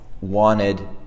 wanted